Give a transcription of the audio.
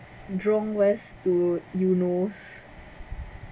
jurong west to eunos